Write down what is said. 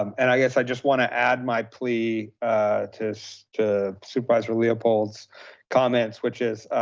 um and i guess, i just wanna add my plea to so to supervisor leopold's comments, which is,